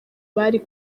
bari